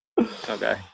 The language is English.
Okay